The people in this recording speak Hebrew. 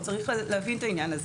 צריך להבין את העניין הזה